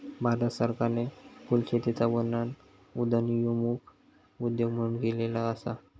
भारत सरकारने फुलशेतीचा वर्णन उदयोन्मुख उद्योग म्हणून केलेलो असा